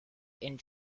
and